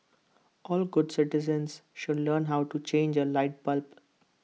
all good citizens should learn how to change A light bulb